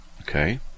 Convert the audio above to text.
Okay